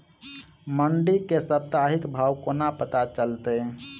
मंडी केँ साप्ताहिक भाव कोना पत्ता चलतै?